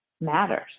matters